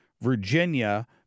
Virginia